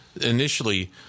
initially